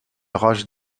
rage